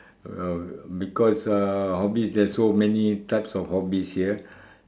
oh because uh hobbies there are so many types of hobbies here